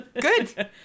good